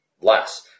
less